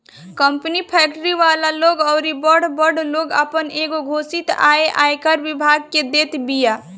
company, factory वाला लोग अउरी बड़ बड़ लोग आपन एगो घोषित आय आयकर विभाग के देत बिया